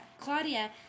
Claudia